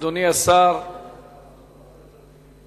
אדוני השר, בבקשה.